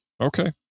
Okay